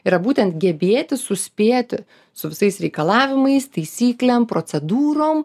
yra būtent gebėti suspėti su visais reikalavimais taisyklėm procedūrom